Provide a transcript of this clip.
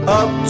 up